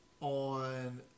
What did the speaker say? on